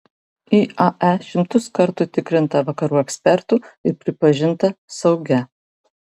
iae šimtus kartų tikrinta vakarų ekspertų ir pripažinta saugia